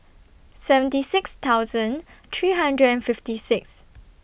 seventy six thousand three hundred and fifty six